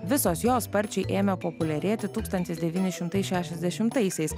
visos jos sparčiai ėmė populiarėti tūkstantis devyni šimtai šešiasdešimtaisiais